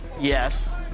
Yes